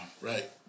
right